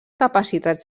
capacitats